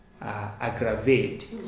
aggravate